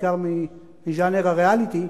בעיקר מז'אנר הריאליטי,